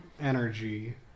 energy